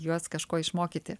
juos kažko išmokyti